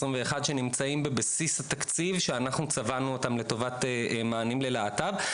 שנמצאים בבסיס התקציב שאנחנו צבענו אותם לטובת מענים ללהט"ב.